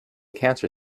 cancer